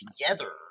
together